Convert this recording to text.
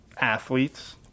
athletes